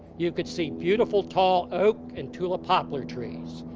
you could see beautiful tall oak and tulip poplar trees,